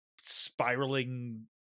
spiraling